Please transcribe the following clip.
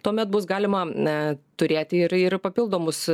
tuomet bus galima na turėti ir ir papildomus